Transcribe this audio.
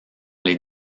les